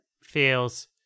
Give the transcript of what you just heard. feels